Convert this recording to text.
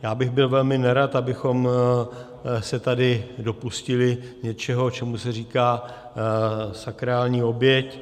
Já bych byl velmi nerad, abychom se tady dopustili něčeho, čemu se říká sakrální oběť.